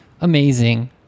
amazing